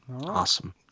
Awesome